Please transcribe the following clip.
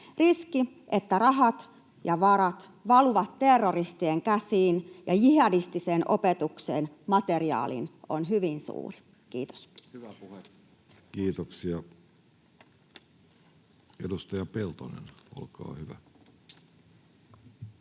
Riski, että rahat ja varat valuvat terroristien käsiin ja jihadistiseen opetukseen, materiaaliin, on hyvin suuri. — Kiitos. [Speech